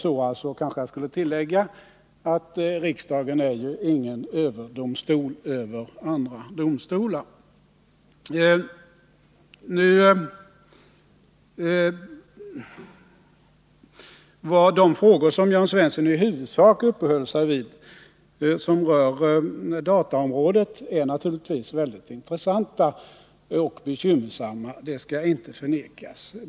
Jag kanske skulle tillägga att riksdagen inte är någon överdomstol över andra domstolar. De frågor som Jörn Svensson i huvudsak uppehöll sig vid och som rörde dataolmrådet är naturligtvis väldigt intressanta och bekymmersamma — det skallinte förnekas.